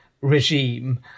regime